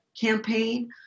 campaign